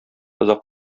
озак